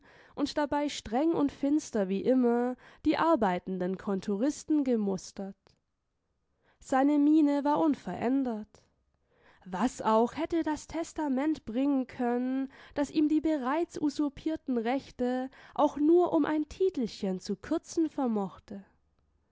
und dabei streng und finster wie immer die arbeitenden kontoristen gemustert seine miene war unverändert was auch hätte das testament bringen können das ihm die bereits usurpierten rechte auch nur um ein titelchen zu kürzen vermochte